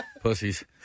Pussies